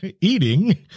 eating